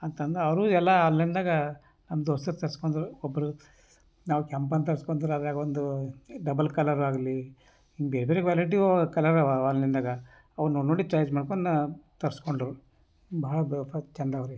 ಅಂತಂದರು ಅವರು ಎಲ್ಲ ಆನ್ಲೈನ್ದಾಗ ನಮ್ಮ ದೋಸ್ತರು ತರಿಸ್ಕೊಂಡ್ರು ಒಬ್ಬರು ನಾವು ಕೆಂಪನ್ನ ತರ್ಸ್ಕೊಂಡ್ರು ಅದ್ರಾಗೊಂದು ಡಬಲ್ ಕಲರಾಗಲಿ ಬೇರ್ಬೇರೆ ವೆರೈಟಿ ಅವು ಕಲರ್ ಅವ ಆನ್ಲೈನ್ದಾಗ ಅವನ್ನ ನೋಡಿ ನೋಡಿ ಚಾಯ್ಸ್ ಮಾಡ್ಕೊಂಡು ತರಿಸ್ಕೊಂಡ್ರು ಭಾಳ ಬೂಟ್ಗಳು ಚೆಂದವ್ರಿ